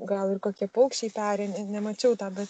gal ir kokie paukščiai peri ne nemačiau tą bet